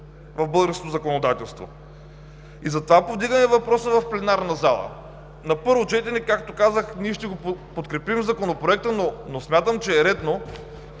в българското законодателство. Затова повдигаме въпроса в пленарната зала. На първо четене, както казах, ще подкрепим Законопроекта, но смятам, че е редно